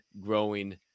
growing